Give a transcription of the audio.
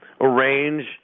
arrange